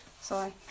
Sorry